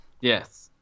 Yes